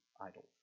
idols